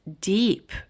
deep